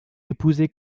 épousé